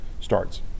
starts